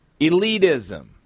Elitism